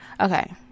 Okay